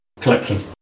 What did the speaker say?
collection